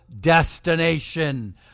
destination